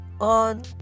on